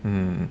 mm